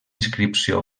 inscripció